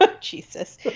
Jesus